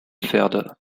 pferde